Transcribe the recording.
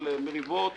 של מריבות וסכסוכים,